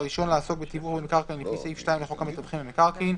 (24)רישיון לעסוק בתיווך במקרקעין לפי סעיף 2 לחוק המתווכים במקרקעין,